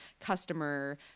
customer